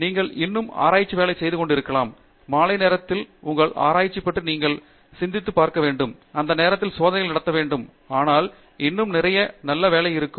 நீங்கள் இன்னும் ஆராய்ச்சி வேலை செய்து கொண்டிருக்கலாம் மாலை நேரத்தில் உங்கள் ஆராய்ச்சி பற்றி நீங்கள் சிந்தித்துப் பார்க்க வேண்டும் அந்த நேரத்திலும் சோதனைகளை நடத்த வேண்டும் ஆனால் இன்னும் நிறைய நல்ல வேலை இருக்கும்